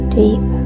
deep